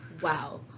Wow